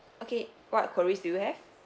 okay what queries do you have